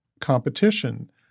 competition